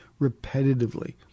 repetitively